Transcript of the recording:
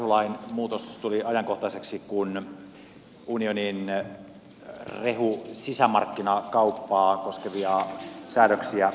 rehulain muutos tuli ajankohtaiseksi kun unionin rehusisämarkkinakauppaa koskevia säädöksiä